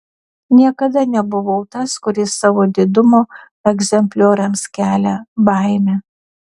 niekada nebuvau tas kuris savo didumo egzemplioriams kelia baimę